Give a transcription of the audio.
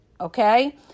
okay